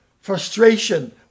Frustration